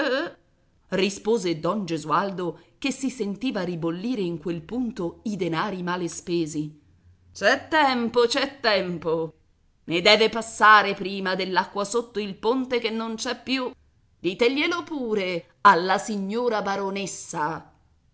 rispose don gesualdo che si sentiva ribollire in quel punto i denari male spesi c'è tempo c'è tempo ne deve passare prima dell'acqua sotto il ponte che non c'è più diteglielo pure alla signora baronessa